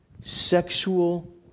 sexual